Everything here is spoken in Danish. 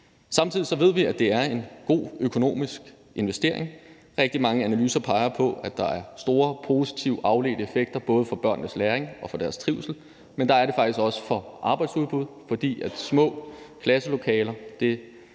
Samtidig ved vi, at det er en god økonomisk investering. Rigtig mange analyser peger på, at der er store positive afledte effekter, både i forhold til børnenes læring og deres trivsel, men det gælder faktisk også i forhold til arbejdsudbud, fordi små klasselokaler